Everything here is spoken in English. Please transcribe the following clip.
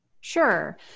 Sure